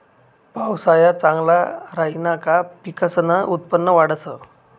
पावसाया चांगला राहिना का पिकसनं उत्पन्न वाढंस